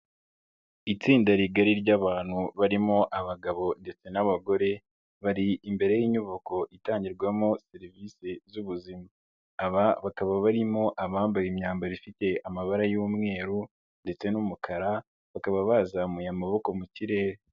Itsinda rigari ry'abantu barimo abagabo ndetse n'abagore, bari imbere y'inyubako itangirwamo serivisi z'ubuzima. Aba bakaba barimo abambaye imyambaro ifite amabara y'umweru, ndetse n'umukara, bakaba bazamuye amaboko mu kirere.